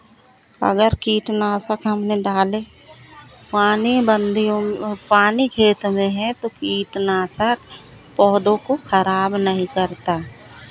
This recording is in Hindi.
अगर कीटनाशक हमने डाले पानी बंदियों पानी खेत में है तो कीटनाशक पौधों को खराब नहीं करता